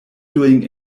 doing